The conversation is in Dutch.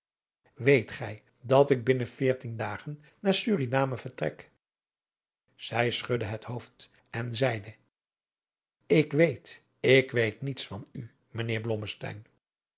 weet gij dat ik binnen veertien dagen naar suriname vertrek zij schudd het hoofd en zeide ik weet ik weet niets van u mijnheer